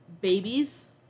babies